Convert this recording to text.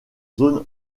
zone